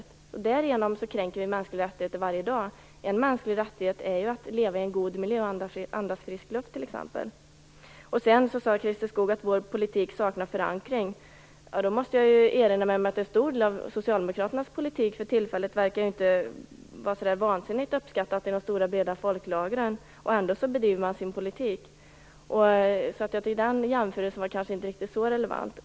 Därigenom kränker vi mänskliga rättigheter varje dag. En mänsklig rättighet är ju t.ex. att leva i en god miljö och andas frisk luft. Christer Skoog sade att vår politik saknar förankring. Då måste jag erinra om att en stor del av Socialdemokraternas politik för tillfället inte verkar vara så där vansinnigt uppskattad i de stora, breda folklagren. Ändå bedriver man sin politik. Den jämförelsen var kanske inte så relevant.